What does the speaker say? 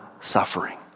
suffering